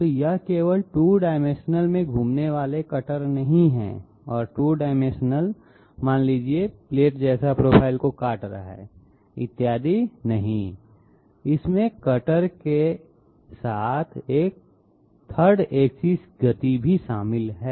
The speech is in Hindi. तो यह केवल 2 डाइमेंशनल में घूमने वाले कटर नहीं है और 2 डाइमेंशनल मान लीजिए प्लेट जैसे प्रोफाइल को काट रहा है इत्यादि नहीं इसमें कटर की एक साथ 3 एक्सिस गति शामिल है